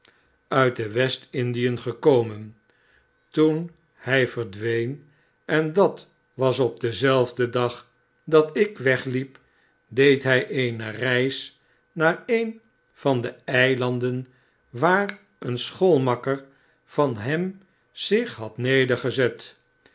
tfit tie west indien gekomen toen hij verdween en dat was op denzelfden dag dat ik wegliep deed hij eene reis naar een van de eilanden waar een schoolmakker van hem zich had nedergezet